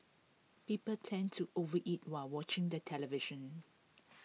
people tend to overeat while watching the television